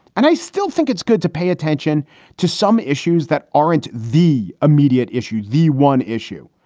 and i still think it's good to pay attention to some issues that aren't the immediate issue. the one issue.